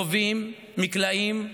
רובים, מקלעים,